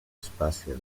espacio